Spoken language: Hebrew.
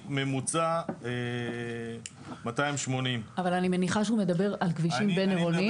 ממוצע יומי זה 280. אבל אני מניחה שהוא מדבר על כבישים בין-עירוניים.